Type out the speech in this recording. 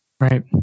Right